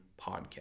podcast